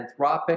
anthropic